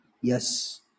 Yes